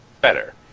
better